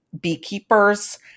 beekeepers